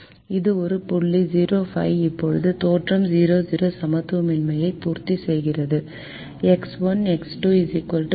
இது ஒரு புள்ளி 0 5 இப்போது தோற்றம் 0 0 சமத்துவமின்மையை பூர்த்தி செய்கிறது எக்ஸ் 1 எக்ஸ் 2 5